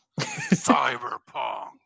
Cyberpunk